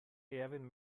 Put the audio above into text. erwin